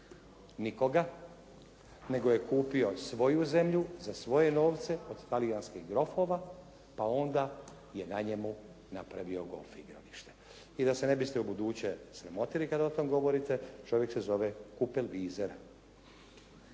nikoga, nego je kupio svoju zemlju, za svoje novce od talijanskih grofova pa onda je na njemu napravio golf igralište. I da se ne biste u buduće sramotili kad o tome govorite čovjek se zove Cooper Weiser.